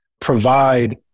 provide